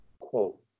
quote